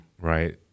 right